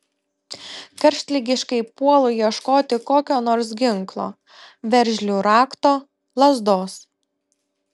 karštligiškai puolu ieškoti kokio nors ginklo veržlių rakto lazdos